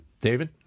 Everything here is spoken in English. David